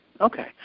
Okay